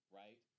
right